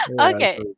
Okay